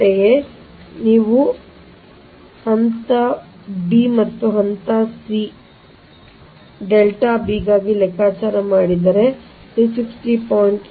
ಅಂತೆಯೇ ನೀವು ಹಂತ b ಮತ್ತು ಹಂತ c ಹಂತ b ಮತ್ತು ಹಂತ c ಡೆಲ್ಟಾ b ಗಾಗಿ ಲೆಕ್ಕಾಚಾರ ಮಾಡಿದರೆ b 360